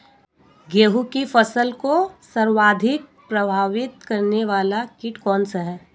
गेहूँ की फसल को सर्वाधिक प्रभावित करने वाला कीट कौनसा है?